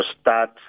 start